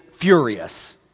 furious